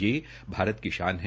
यह भारत की शान है